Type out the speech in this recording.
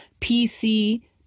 pc